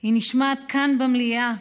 היא נשמעת כאן במליאה,